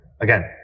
Again